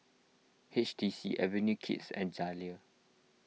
H T C Avenue Kids and Zalia